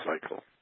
cycle